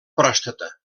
pròstata